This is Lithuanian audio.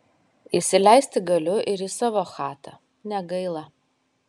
įsileisti galiu ir į savo chatą negaila